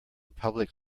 public